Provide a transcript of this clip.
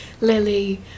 Lily